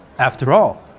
after all,